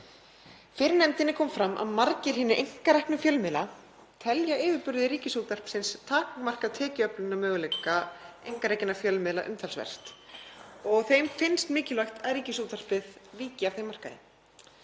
Fyrir nefndinni kom fram að margir hinna einkareknu fjölmiðla telja yfirburði Ríkisútvarpsins takmarka tekjuöflunarmöguleika einkarekinna fjölmiðla umtalsvert og finnst mikilvægt að Ríkisútvarpið víki af þeim markaði.